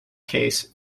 case